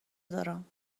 دارم